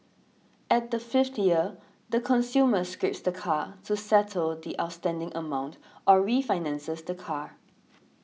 at the fifth year the consumer scraps the car to settle the outstanding amount or refinances the car